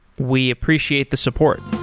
we appreciate the support